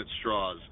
Straw's